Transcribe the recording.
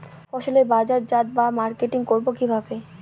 ফসলের বাজারজাত বা মার্কেটিং করব কিভাবে?